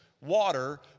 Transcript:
water